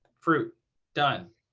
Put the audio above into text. fruit done.